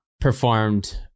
performed